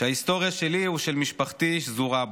שההיסטוריה שלי ושל משפחתי שזורה בו,